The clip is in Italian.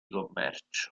commercio